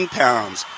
pounds